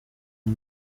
nko